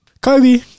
Kobe